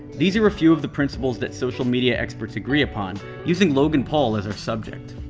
these are a few of the principles that social media experts agree upon using logan paul as our subject.